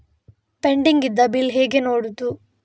Pending ಇದ್ದ bill ಹೇಗೆ ನೋಡುವುದು?